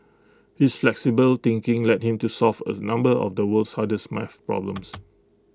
his flexible thinking led him to solve A number of the world's hardest math problems